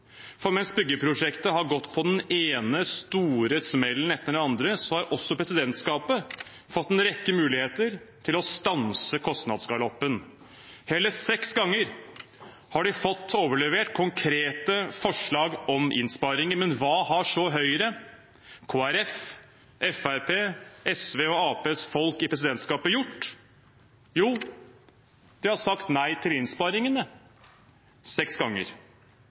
For mens byggeprosjektet har gått på den ene store smellen etter den andre, har også presidentskapet fått en rekke muligheter til å stanse kostnadsgaloppen. Hele seks ganger har de fått overlevert konkrete forslag om innsparinger. Men hva har så Høyre, Kristelig Folkeparti, Fremskrittspartiet, SV og Arbeiderpartiets folk i presidentskapet gjort? Jo, de har sagt nei til innsparingene seks ganger.